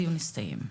הדיון הסתיים.